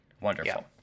wonderful